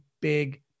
big